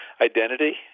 identity